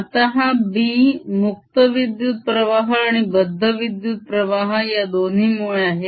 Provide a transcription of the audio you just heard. आता हा B मुक्त विद्युत्प्रवाह आणि बद्ध विद्युत्प्रवाह या दोन्ही मुळे आहे